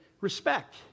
respect